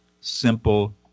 simple